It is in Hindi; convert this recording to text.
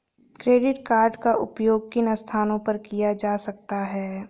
क्रेडिट कार्ड का उपयोग किन स्थानों पर किया जा सकता है?